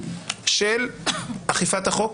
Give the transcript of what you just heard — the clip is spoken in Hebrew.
של אכיפת החוק